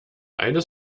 eines